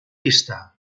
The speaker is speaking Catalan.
pista